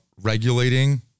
regulating